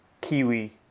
Kiwi